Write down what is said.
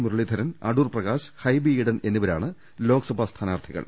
Muraleedharan Adoor Prakash Hibi Eden എന്നിവരാണ് ലോക്സഭാ സ്ഥാനാർഥികൾ